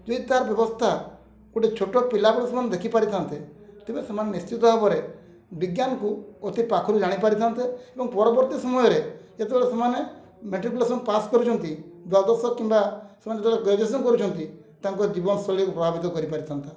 ଯଦି ତାର ବ୍ୟବସ୍ଥା ଗୋଟେ ଛୋଟ ପିଲାବେଳୁ ସେମାନେ ଦେଖିପାରିଥାନ୍ତେ ତେବେ ସେମାନେ ନିଶ୍ଚିତ ଭାବରେ ବିଜ୍ଞାନକୁ ଅତି ପାଖୁରୁ ଜାଣିପାରିଥାନ୍ତେ ଏବଂ ପରବର୍ତ୍ତୀ ସମୟରେ ଯେତେବେଳେ ସେମାନେ ମେଟ୍ରିକ୍ୟୁଲେସନ୍ ପାସ୍ କରୁଛନ୍ତି ଦ୍ୱାଦଶ କିମ୍ବା ସେମାନେ ଯେତେବେଳେ ଗ୍ରାଜୁଏସନ୍ କରୁଛନ୍ତି ତାଙ୍କ ଜୀବନଶୈଳୀକୁ ପ୍ରଭାବିତ କରିପାରିଥାନ୍ତା